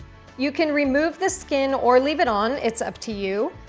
you can remove the skin or leave it on. it's up to you.